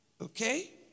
Okay